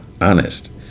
honest